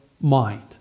mind